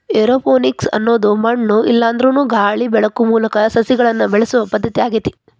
aeroponics ಅನ್ನೋದು ಮಣ್ಣು ಇಲ್ಲಾಂದ್ರನು ಗಾಳಿ ಬೆಳಕು ಮೂಲಕ ಸಸಿಗಳನ್ನ ಬೆಳಿಸೋ ಪದ್ಧತಿ ಆಗೇತಿ